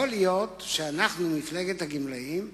יכול להיות שאנחנו, מפלגת הגמלאים,